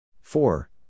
Four